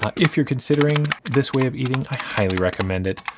but if you're considering this way of eating, i highly recommend it.